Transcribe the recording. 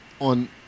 on